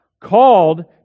called